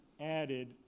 added